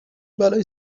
بلایی